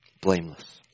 Blameless